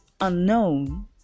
unknown